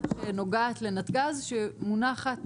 הצעה שנוגעת לנתג"ז, שמונחת